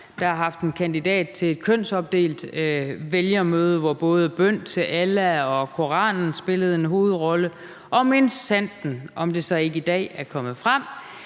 der har haft en kandidat til et kønsopdelt vælgermøde, hvor både bøn til Allah og Koranen spillede en hovedrolle; og minsandten om det så ikke i dag er kommet frem,